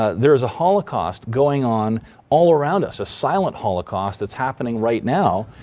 ah there's a holocaust going on all around us, a silent holocaust that's happening right now,